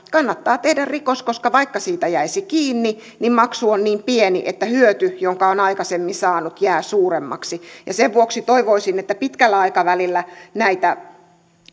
kannattaa tehdä rikos koska vaikka siitä jäisi kiinni niin maksu on niin pieni että hyöty jonka on aikaisemmin saanut jää suuremmaksi sen vuoksi toivoisin että pitkällä aikavälillä näitä